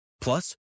Plus